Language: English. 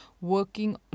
working